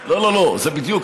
זה בדיוק,